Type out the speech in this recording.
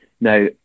Now